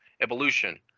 evolution